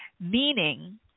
Meaning